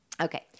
Okay